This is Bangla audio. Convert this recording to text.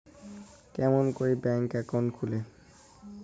কেমন করি ব্যাংক একাউন্ট খুলে?